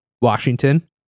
Washington